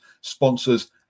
sponsors